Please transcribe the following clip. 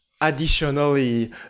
Additionally